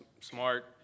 smart